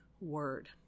word